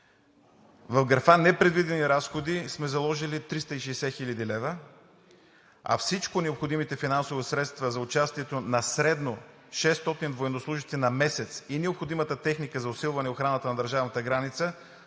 в графа „Непредвидени разходи“ сме заложили 360 хил. лв., а всички необходими финансови средства за участието на средно 600 военнослужещи на месец и необходимата техника за усилване охраната на държавната граница